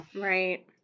Right